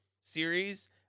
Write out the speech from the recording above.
series